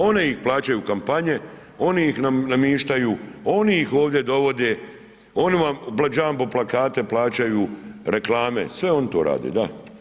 One im plaćaju kampanje, one ih namještaju, oni ih ovdje dovode, oni vam jumbo plakate plaćaju, reklame, sve oni to rade, da.